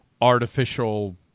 artificial